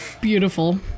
Beautiful